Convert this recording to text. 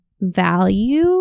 value